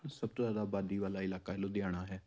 ਸਭ ਤੋਂ ਜ਼ਿਆਦਾ ਆਬਾਦੀ ਵਾਲਾ ਇਲਾਕਾ ਲੁਧਿਆਣਾ ਹੈ